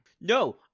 No